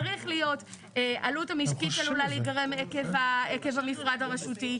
צריך להיות "העלות המשקית עלולה להיגרם עקב המפרט הרשותי,